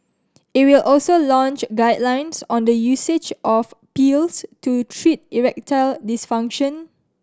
it will also launch guidelines on the usage of pills to treat erectile dysfunction